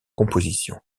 composition